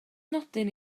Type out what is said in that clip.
nodyn